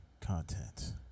content